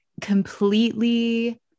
completely